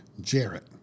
Jarrett